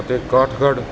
ਅਤੇ ਕਾਠਗੜ੍ਹ